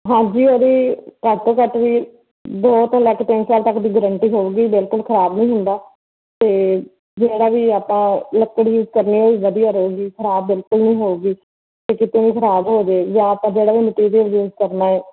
ਹਾਂਜੀ ਉਹਦੀ ਘੱਟ ਤੋਂ ਘੱਟ ਵੀ ਦੋ ਤੋਂ ਲੈ ਕੇ ਤਿੰਨ ਸਾਲ ਤੱਕ ਦੀ ਗਰੰਟੀ ਹੋਵੇਗੀ ਬਿਲਕੁਲ ਖਰਾਬ ਨਹੀਂ ਹੁੰਦਾ ਅਤੇ ਜਿਹੜਾ ਵੀ ਆਪਾਂ ਲੱਕੜ ਯੂਜ ਕਰਨੀ ਉਹ ਵਧੀਆ ਰਹੇਗੀ ਖਰਾਬ ਬਿਲਕੁਲ ਨਹੀਂ ਹੋਵੇਗੀ ਜੇ ਕਿਤੇ ਖਰਾਬ ਹੋਜੇ ਜਾਂ ਆਪਾਂ ਜਿਹੜਾ ਵੀ ਮਟੀਰੀਅਲ ਯੂਜ ਕਰਨਾ